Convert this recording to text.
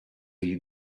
you